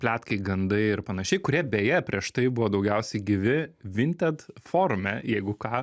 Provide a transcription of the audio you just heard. pletkai gandai ir panašiai kurie beje prieš tai buvo daugiausiai gyvi vinted forume jeigu ką